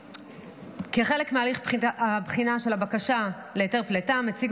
כחלק מהליך הבחינה של הבקשה להיתר פליטה מציג